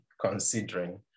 considering